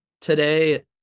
today